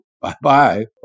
Bye-bye